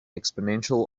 exponential